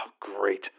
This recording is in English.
great